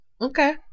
Okay